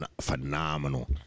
phenomenal